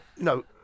no